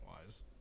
wise